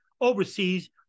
overseas